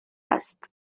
است